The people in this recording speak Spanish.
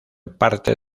parte